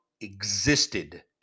existed